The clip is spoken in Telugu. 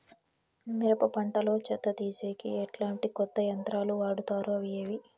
మిరప పంట లో చెత్త తీసేకి ఎట్లాంటి కొత్త యంత్రాలు వాడుతారు అవి ఏవి?